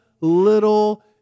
little